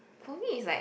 for me it's like